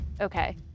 Okay